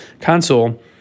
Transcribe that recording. console